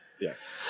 Yes